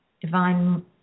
divine